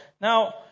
Now